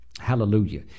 Hallelujah